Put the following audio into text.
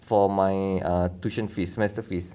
for my tuition fees semester fees